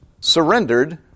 surrendered